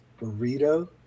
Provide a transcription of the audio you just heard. Burrito